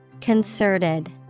Concerted